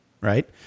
right